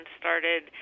started